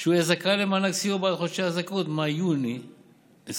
שהוא יהיה זכאי למענק סיוע בעד חודשי הזכאות מאי-יוני 2020,